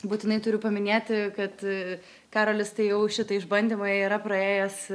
būtinai turiu paminėti kad karolis tai jau šitą išbandymą yra praėjęs